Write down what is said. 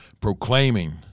proclaiming